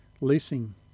leasing